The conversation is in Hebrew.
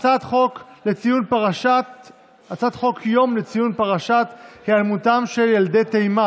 הצעת חוק יום לציון פרשת היעלמותם של ילדי תימן,